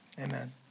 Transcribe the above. amen